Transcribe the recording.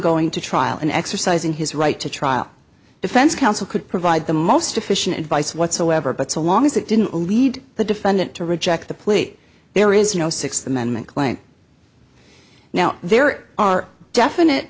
going to trial and exercising his right to trial defense counsel could provide the most efficient advice whatsoever but so long as it didn't lead the defendant to reject the plate there is no sixth amendment claim now there are definite